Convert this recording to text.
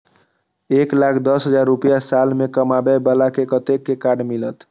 एक लाख दस हजार रुपया साल में कमाबै बाला के कतेक के कार्ड मिलत?